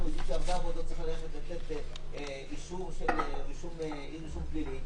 אנחנו יודעים שבהרבה עבודות צריך להמציא אישור של אי רישום פלילי